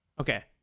Okay